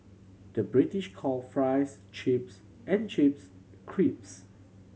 the British call fries chips and chips crisps